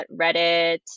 Reddit